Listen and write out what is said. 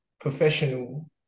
professional